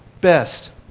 best